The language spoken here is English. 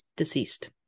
Deceased